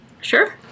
Sure